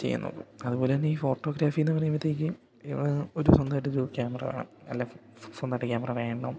ചെയ്യാൻ നോക്കും അതുപോലെത്തന്നെ ഈ ഫോട്ടോഗ്രഫീ എന്ന് പറയുമ്പത്തേക്ക് ഒരു സ്വന്തായിട്ട് ഒരു ക്യാമറ വേണം അല്ല സ്വന്തായിട്ട് ക്യാമറ വേണം